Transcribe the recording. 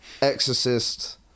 Exorcist